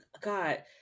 God